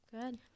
good